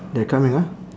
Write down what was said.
they are coming ah